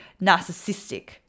narcissistic